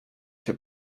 się